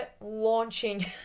launching